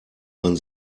man